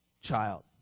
child